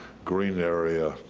green area,